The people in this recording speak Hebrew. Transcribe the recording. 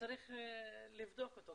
צריך לבדוק את הנושא הזה,